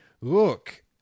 look